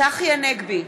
צחי הנגבי,